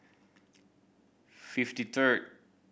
fifty third